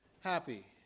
happy